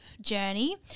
journey